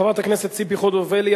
חברת הכנסת ציפי חוטובלי,